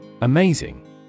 Amazing